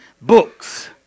books